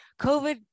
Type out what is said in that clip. COVID